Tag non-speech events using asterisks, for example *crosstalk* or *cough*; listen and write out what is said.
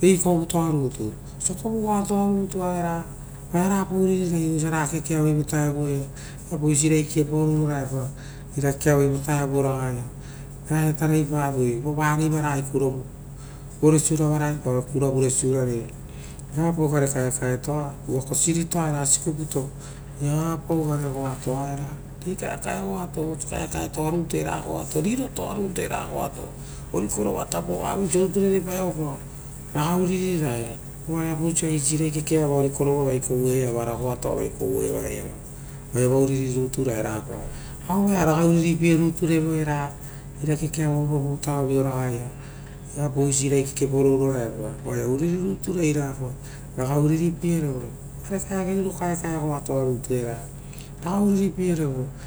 rei kovutoa rutu. Oisio kovu goatoa rutu oaia rapa uririrai vasia ra kekea voi vo vutaoia viapau oisi irai kekepao uroraepa ra kekeavoi vo vutaoraga ia uva vareiva ragai, *hesitation* roresiurava raepao vo kurarea, viapau oisi gare kaekaeto, uva kosiritoaera sikuputo viapau gare goa toa era. Rei kaekae goato era oisio kaekae toa rutu era goato ora rirotoa rutu era goato orikorova tapo osio rerepaeroepao ragai ruririae ovare viapau osi irai kekeava orikorovavai kone iva goatooavai ora ori kovo kavai, oiava uriri rutu ra reapa. Aveai ragai ruriripie rutu revo era uvare rera kekevavo vovutaoragaia, veapau oisio irai kekepao uroraepa. Uririritura reapa uvare riro kaekae goatoa ritual era. Ragai uriripie revo.